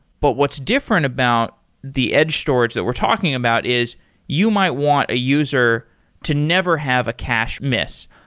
but what's different about the edge storage that we're talking about is you might want a user to never have a cache miss,